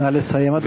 נא לסיים, אדוני.